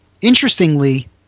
interestingly